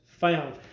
Found